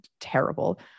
terrible